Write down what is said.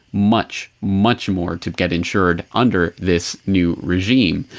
much, much more to get insured under this new regime.